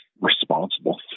responsible